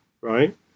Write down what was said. right